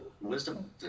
wisdom